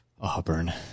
Auburn